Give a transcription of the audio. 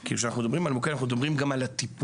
כי כשאנחנו מדברים על המוקד אנחנו מדברים גם על הטיפול.